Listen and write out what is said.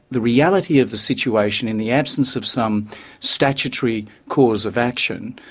the reality of the situationin the absence of some statutory cause of action,